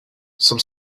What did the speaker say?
some